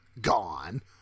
gone